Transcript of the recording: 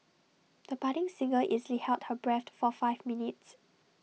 the budding singer easily held her breath for five minutes